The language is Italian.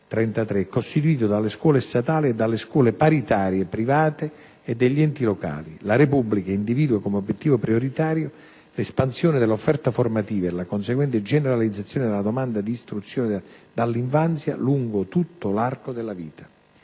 è costituito dalle scuole statali e dalle scuole paritarie private e degli enti locali. La Repubblica individua come obiettivo prioritario l'espansione dell'offerta formativa e la conseguente generalizzazione della domanda di istruzione dall'infanzia lungo tutto l'arco della vita».